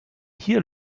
hier